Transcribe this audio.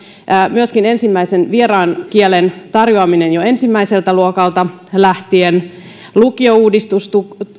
myöskin ensimmäisen vieraan kielen tarjoaminen jo ensimmäiseltä luokalta lähtien lukiouudistus